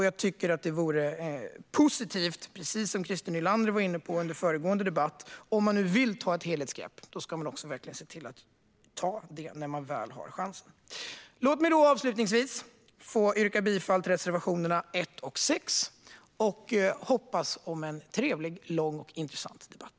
Om man vill ta ett helhetsgrepp tycker jag, precis som Christer Nylander var inne på i föregående debatt, att det vore positivt att göra det när man nu har chansen. Låt mig avslutningsvis få yrka bifall till reservationerna 1 och 6 och hoppas på en trevlig, lång och intressant debatt!